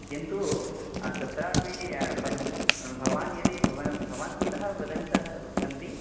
किन्तु तत्रापि पुनः भवान् यदि भवान् भवन्तः कुतः वदन्तः सन्ति